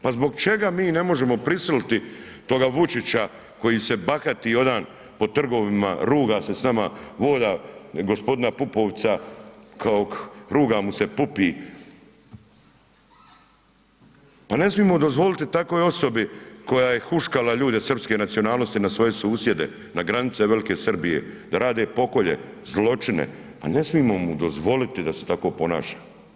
Pa zbog čega mi ne možemo prisiliti toga Vučića koji se bahati ... po trgovima, ruga se s nama, voda g. Pupovca kao, ruga mu se Pupi, pa ne smijemo dozvoliti takvoj osobi koja je huškala ljude srpske nacionalnosti na svoje susjede, na granice Velike Srbije, da rade pokolje, zločine, a ne smijemo mu dozvoliti da se tako ponaša.